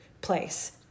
place